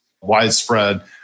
widespread